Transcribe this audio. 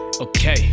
okay